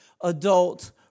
adult